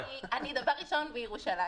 אני דבר ראשון מירושלים.